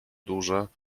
duże